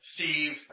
Steve